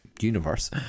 universe